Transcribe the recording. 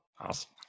Awesome